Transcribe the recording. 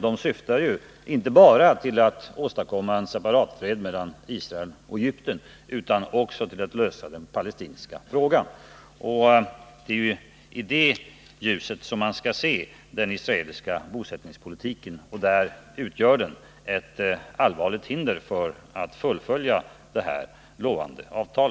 De syftar inte bara till att åstadkomma en separatfred mellan Israel och Egypten utan också till att lösa den palestinska frågan. Det är i det ljuset man skall se den israeliska bosättningspolitiken. Den utgör ett allvarligt hinder för att man skall kunna fullfölja detta lovande avtal.